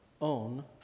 own